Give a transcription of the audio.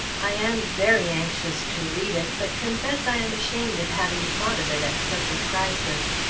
i am very anxious to read it, but confess i am ashamed of having thought of it at such a crisis.